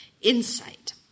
Insight